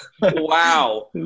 Wow